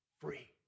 free